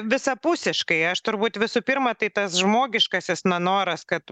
visapusiškai aš turbūt visų pirma tai tas žmogiškasis na noras kad